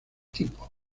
tipo